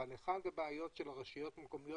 אבל אחת הבעיות של רשויות מקומיות